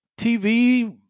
TV